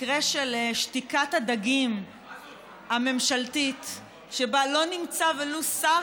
מקרה של שתיקת הדגים הממשלתית שבה לא נמצא ולו שר